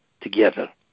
together